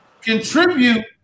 contribute